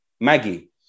Maggie